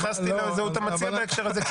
התייחסתי לזהות המציע בהקשר הזה,